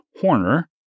Horner